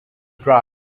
dry